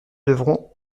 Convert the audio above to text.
devront